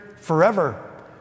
forever